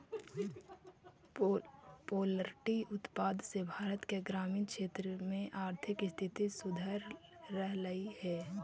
poultry उत्पाद से भारत के ग्रामीण क्षेत्र में आर्थिक स्थिति सुधर रहलई हे